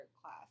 class